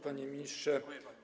Panie Ministrze!